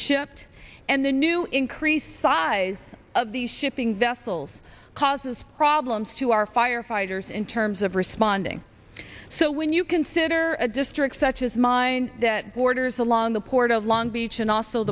shipped and the new increased size of these shipping vessels causes problems to our firefighters in terms of responding so when you consider a district such as mine that borders along the port of long beach and also